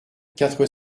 quatre